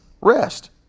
rest